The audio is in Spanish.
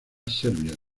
serbia